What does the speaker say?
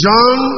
John